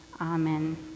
amen